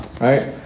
right